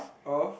of